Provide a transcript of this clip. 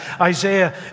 Isaiah